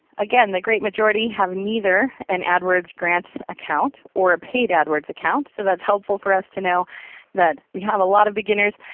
again, the great majority have neither an adwords grants accounts or paid ah adwords account. so that's helpful for us to know that we have a lot of beginners.